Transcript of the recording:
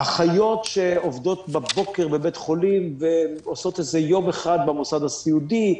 אחיות שעובדות בבוקר בבית חולים ועושות איזה יום אחד במוסד הסיעודי,